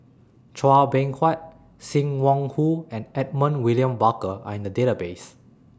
Chua Beng Huat SIM Wong Hoo and Edmund William Barker Are in The Database